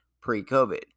pre-COVID